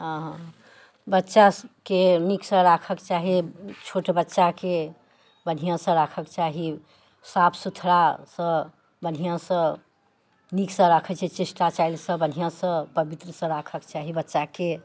हँ बच्चाके नीकसँ राखऽके चाही छोट बच्चाके बढ़िआँसँ राखऽके चाही साफ सुथड़ासँ बढ़िआँसँ नीकसँ राखैत छै चेष्टा चालिसँ बढ़िआँसँ पवित्रसँ राखऽके चाही बच्चाके